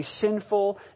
sinful